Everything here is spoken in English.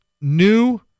new